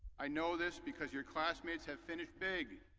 i know this because your classmates have finished big,